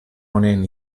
honen